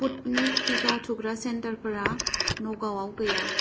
Sputnik टिका थुग्रा सेन्टारफोरा न'गावआव गैया